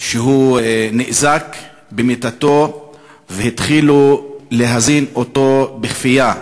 שהוא נאזק למיטתו והתחילו להזין אותו בכפייה.